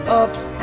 ups